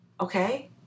okay